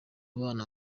bana